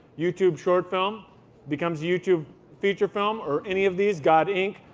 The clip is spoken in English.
youtube short film becomes youtube feature film, or any of these, god, inc.